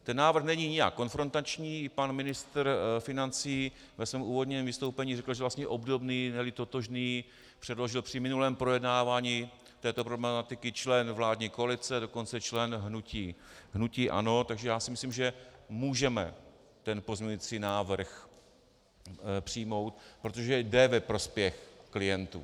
Ten návrh není nijak konfrontační, i pan ministr financí ve svém úvodním vystoupení řekl, že vlastně obdobný, neli totožný, předložil při minulém projednávání této problematiky člen vládní koalice, dokonce člen hnutí ANO, takže si myslím, že můžeme ten pozměňovací návrh přijmout, protože jde ve prospěch klientů.